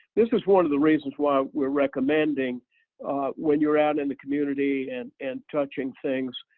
this is one of the reasons why we're recommending when you're out in the community and and touching things,